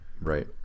Right